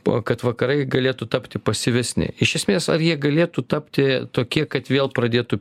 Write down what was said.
po kad vakarai galėtų tapti pasyvesni iš esmės ar jie galėtų tapti tokie kad vėl pradėtų